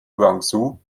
guangzhou